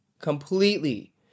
completely